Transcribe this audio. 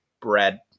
bread